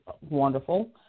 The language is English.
wonderful